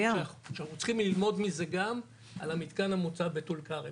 שאנחנו צריכים ללמוד מזה גם על המתקן המוצב בטול כרם.